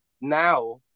now